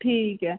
ਠੀਕ ਹੈ